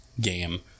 game